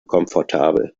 komfortabel